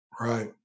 Right